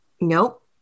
Nope